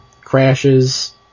crashes